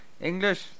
english